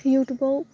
इउटुबाव